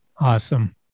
Awesome